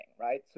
right